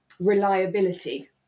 reliability